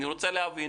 אז אני רוצה להבין